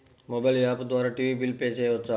Mobile app ద్వారా TV bill pay చేయవచ్చా?